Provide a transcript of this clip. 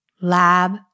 Lab